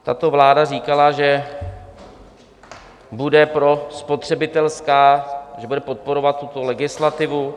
Tato vláda říkala, že bude prospotřebitelská, že bude podporovat tuto legislativu.